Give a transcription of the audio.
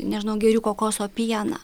nežinau geriu kokoso pieną